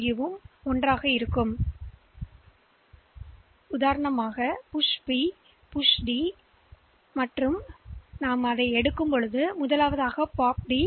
எனவே இந்த டி மதிப்பு இந்த கட்டத்தில் இருந்ததை நீங்கள் விரும்பினால்மீண்டும் பெற வேண்டும் இந்த குறியீட்டை இயக்கிய பின்